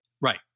Right